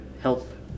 help